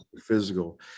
physical